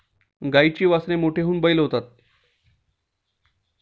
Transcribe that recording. गाईची वासरे मोठी होऊन बैल होतात